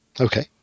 Okay